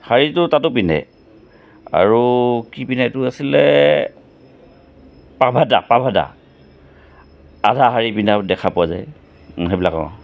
শাৰীতো তাতো পিন্ধে আৰু কি পিন্ধে এইটো আছিলে পাভাদা পাভাদা আধা শাৰী পিন্ধাও দেখা পোৱা যায় সেইবিলাক অঁ